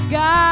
God